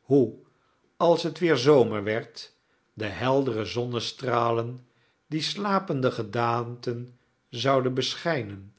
hoe als het weer zomer werd de heldere zonnestralen die slapende gedaanten zouden beschijnen